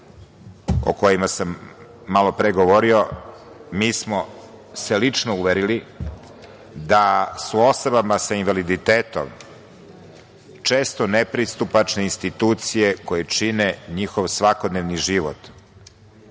o kojima sam malo pre govori mi smo se lično uverili da su osobama sa invaliditetom često nepristupačne institucije koje čine njihov svakodnevni život,